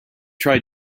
try